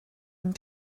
and